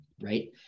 right